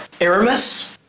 Aramis